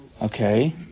Okay